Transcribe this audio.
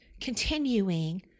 continuing